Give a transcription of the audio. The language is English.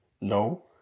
No